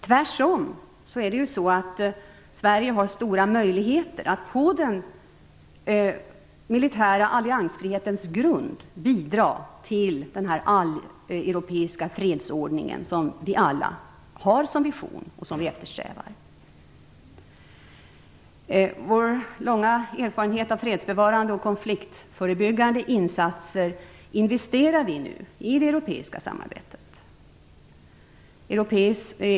Det är tvärtom så att Sverige har stora möjligheter att på den militära alliansfrihetens grund bidra till den alleuropeiska fredsordning som vi alla har som vision och eftersträvar. Vår långa erfarenhet av fredsbevarande och konfliktförebyggande insatser investerar vi nu i det europeiska samarbetet.